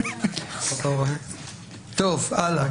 טוב, הלאה.